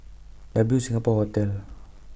W Singapore Hotel